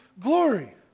glory